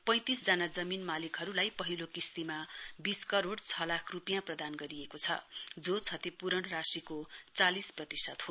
पैंतिस जना जमीन मालिकहरूलाई पहिलो किश्तीमा बीस करोड छ लाख रूपियाँ प्रदान गरिएको छ जो क्षतिपूरण राशिको चालिस प्रतिशत हो